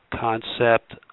concept